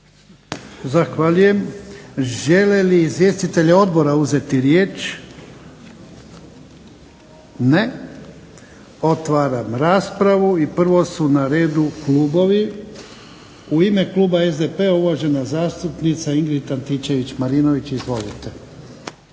Zahvaljujem. Žele li izvjestitelji odbora uzeti riječ? Ne. Otvaram raspravu. I prvo su na redu klubovi. U ime kluba SDP-a uvažena zastupnica Ingrid Antičević Marinović. Izvolite.